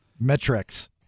Metrics